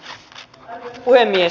arvoisa puhemies